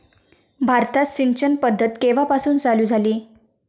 भारतात सिंचन पद्धत केवापासून चालू झाली?